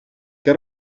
que